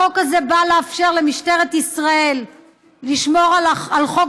החוק הזה בא לאפשר למשטרת ישראל לשמור על חוק